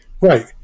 Right